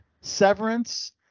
Severance